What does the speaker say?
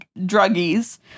druggies